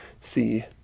see